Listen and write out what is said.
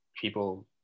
people